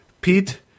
Pete